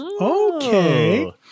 Okay